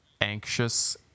anxious